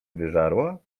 wyżarła